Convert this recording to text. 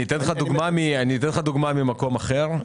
אני אתן לך דוגמה ממקום אחר.